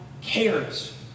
cares